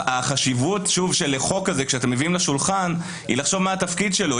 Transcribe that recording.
החשיבות של החוק הזה שאתם מביאים לשולחן היא לחשוב מה התפקיד שלו.